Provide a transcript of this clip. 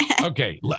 okay